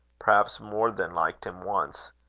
perhaps more than liked him once.